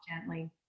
gently